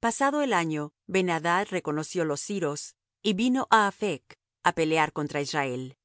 pasado el año ben adad reconoció los siros y vino á aphec á pelear contra israel